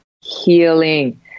healing